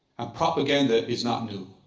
propaganda is not new.